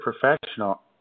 professional